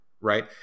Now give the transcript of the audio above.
right